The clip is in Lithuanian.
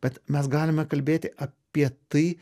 bet mes galime kalbėti apie tai